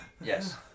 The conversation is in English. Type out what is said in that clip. Yes